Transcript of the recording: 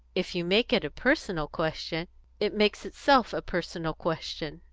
if you make it a personal question it makes itself a personal question,